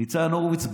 ניצן הורוביץ.